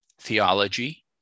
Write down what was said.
theology